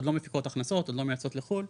לא מפיקות הכנסות עוד לא מייצאות לחו"ל,